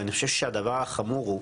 אני חושב שהדבר החמור הוא